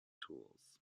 tools